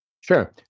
Sure